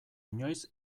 inoiz